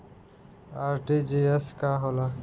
RTGS का होला?